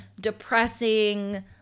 depressing